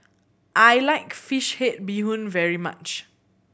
I like fish head bee hoon very much